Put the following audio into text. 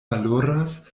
valoras